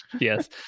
Yes